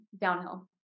Downhill